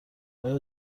آیا